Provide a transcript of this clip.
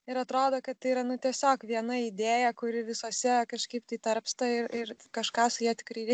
ir atrodo kad tai yra nu tiesiog viena idėja kuri visuose kažkaip tai tarpsta ir ir kažką su ja tikrai reikia